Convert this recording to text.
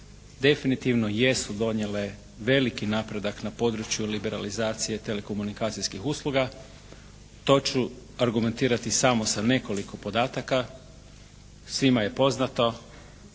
definitivno jesu donijele veliki napredak na području liberalizacije telekomunikacijskih usluga. To ću argumentirati samo sa nekoliko podataka. Svima je poznato